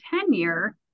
tenure